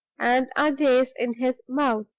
and our days in his mouth.